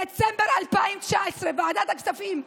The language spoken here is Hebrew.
דצמבר 2019, ועדת הכספים,